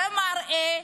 זה מראה,